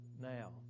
now